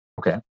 Okay